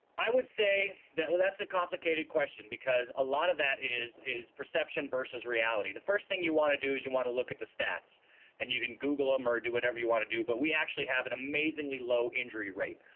i would say that lets a complicated question because allot of that is is perception vs reality the first thing you want to do is you want to look at the stats and you can google armor do whatever you want to do but we actually have an amazingly low injury rate